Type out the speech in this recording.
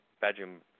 bedroom